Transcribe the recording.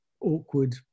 awkward